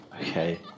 Okay